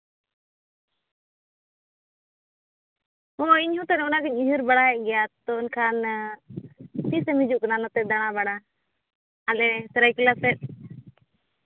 ᱦᱳᱭ ᱤᱧ ᱦᱚᱸᱛᱚ ᱚᱱᱟᱜᱤᱧ ᱩᱭᱦᱟᱹᱨ ᱵᱟᱲᱟᱭᱮᱫ ᱜᱮᱭᱟ ᱛᱚ ᱮᱱᱠᱷᱟᱱ ᱛᱤᱥᱮᱢ ᱦᱤᱡᱩᱜ ᱠᱟᱱᱟ ᱱᱚᱛᱮ ᱫᱟᱬᱟ ᱵᱟᱲᱟ ᱟᱞᱮ ᱥᱟᱹᱨᱟᱹᱭᱠᱮᱞᱞᱟ ᱥᱮᱫ